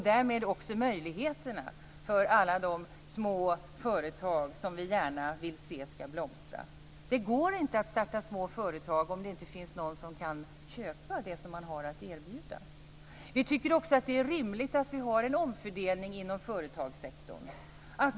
Därmed ökar möjligheterna för alla de små företag som vi gärna vill se skall blomstra. Det går inte att starta små företag om det inte finns någon som kan köpa det som man har att erbjuda. Det är också rimligt med en omfördelning inom företagssektorn.